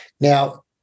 Now